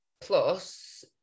Plus